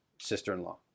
sister-in-law